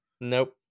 nope